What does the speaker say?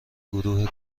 گروه